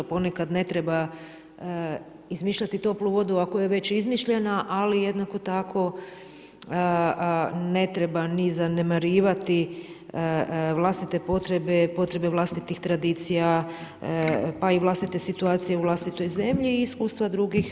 Ponekad ne treba izmišljati toplu vodu ako je već izmišljena, ali jednako tako ne treba ni zanemarivati vlastite potrebe, potrebe vlastitih tradicija pa i vlastite situacije u vlastitoj zemlji i iskustva drugih.